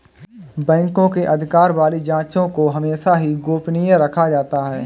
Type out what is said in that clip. बैंकों के अधिकार वाली जांचों को हमेशा ही गोपनीय रखा जाता है